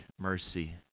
mercy